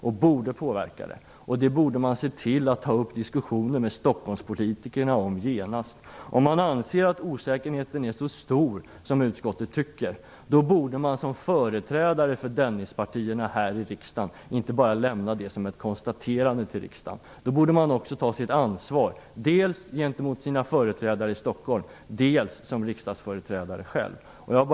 Man borde genast se till att ta upp diskussioner om detta med Stockholmspolitikerna. Om man anser att osäkerheten är så stor som utskottet tycker att den är, borde företrädarna för Dennispartierna här i riksdagen inte bara lämna det som ett konstaterande till riksdagen, utan då borde man också ta sitt ansvar dels gentemot företrädarna för dessa partier i Stockholm, dels som företrädare för riksdagen.